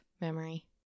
memory